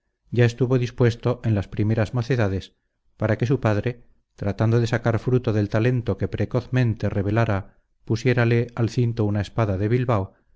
ya estuvo dispuesto en las primeras mocedades para que su padre tratando de sacar fruto del talento que precozmente revelara pusiérale al cinto una espada de bilbao